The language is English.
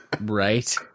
Right